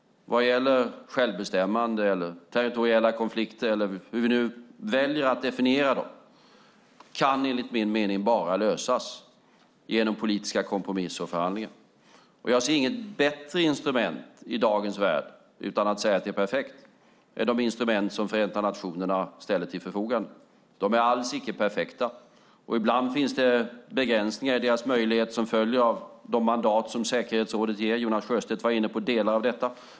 Det gäller självbestämmande, territoriella konflikter eller hur vi nu väljer att definiera dem. De kan enligt min mening bara lösas genom politiska kompromisser och förhandlingar. Jag ser inget bättre instrument i dagens värld, utan att säga att det är perfekt, än de instrument som Förenta nationerna ställer till förfogande. De är alla icke perfekta. Ibland finns det begränsningar i deras möjligheter som följer av de mandat som Säkerhetsrådet ger. Jonas Sjöstedt var inne på delar av detta.